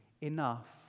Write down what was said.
enough